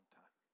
time